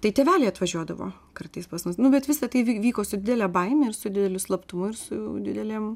tai tėveliai atvažiuodavo kartais pas mus nu bet visa tai vy vyko su didele baime ir su dideliu slaptumu ir su didelėm